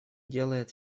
делает